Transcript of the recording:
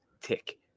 tick